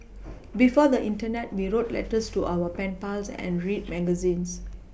before the Internet we wrote letters to our pen pals and read magazines